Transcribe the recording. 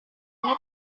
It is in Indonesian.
ini